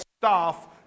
staff